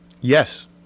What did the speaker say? Yes